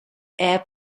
air